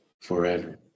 forever